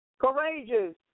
courageous